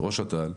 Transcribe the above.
ראש אט"ל,